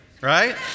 right